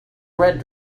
red